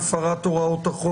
המענה.